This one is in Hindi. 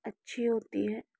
अच्छी होती है